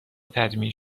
تجمیع